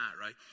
right